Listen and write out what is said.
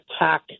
attack